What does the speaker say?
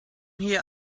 here